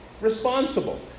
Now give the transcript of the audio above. responsible